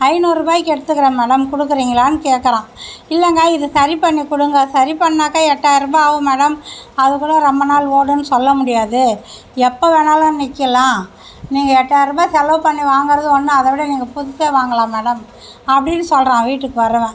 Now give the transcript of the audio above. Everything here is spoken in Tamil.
ஐநூறு ரூபாய்க்கு எடுத்துக்கிறேன் மேடம் கொடுக்குறீங்களான்னு கேட்கறான் இல்லைங்க இது சரி பண்ணி கொடுங்க சரி பண்ணாக்க எட்டாயிரம் ரூபாய் ஆகும் மேடம் அது கூட ரொம்ப நாள் ஓடுன்னு சொல்ல முடியாது எப்போ வேணாலும் நிற்கலாம் நீங்கள் எட்டாயிரம் ரூபாய் செலவு பண்ணி வாங்கறது ஒன்று அதைவிட நீங்கள் புதுசாக வாங்கலாம் மேடம் அப்படீன்னு சொல்கிறான் வீட்டுக்கு வர்றவன்